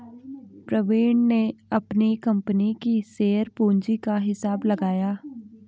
प्रवीण ने अपनी कंपनी की शेयर पूंजी का हिसाब लगाया